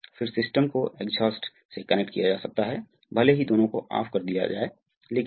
यह वह दर है जिस पर द्रव निष्कासित हो जाएगा ठीक है